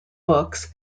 books